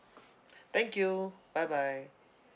thank you bye bye